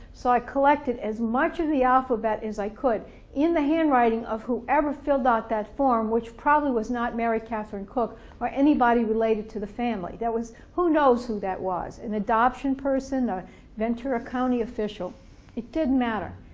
so i collected as much of the alphabet as i could in the handwriting of whoever filled out that form, which probably was not mary catherine cook or anybody related to the family, that was, who knows who that was an adoption person, a ventura county official it didn't matter.